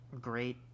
great